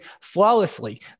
flawlessly